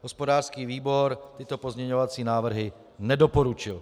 Hospodářský výbor tyto pozměňovací návrhy nedoporučuje.